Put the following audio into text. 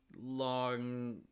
long